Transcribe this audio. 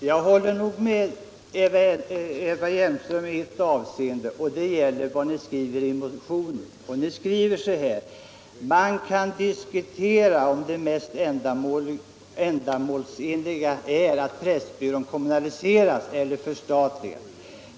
Herr talman! I motionen 1976/77:965 skriver ni: ”Man kan diskutera om det mest ändamålsenliga är att Pressbyrån kommunaliseras eller förstatligas.